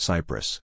Cyprus